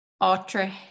ultra